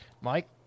Mike